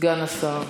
סגן השר.